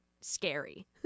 scary